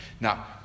Now